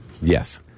Yes